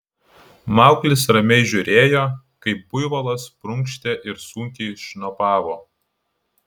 mauglis ramiai žiūrėjo kaip buivolas prunkštė ir sunkiai šnopavo